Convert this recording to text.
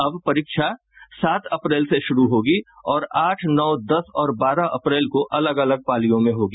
अब यह परीक्षा सात अप्रैल से शुरू होगी और आठ नौ दस और बारह अप्रैल को अलग अलग पालियों में होगी